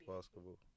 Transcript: Basketball